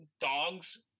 dogs